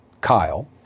Kyle